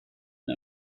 der